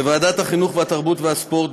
בוועדת החינוך והתרבות והספורט,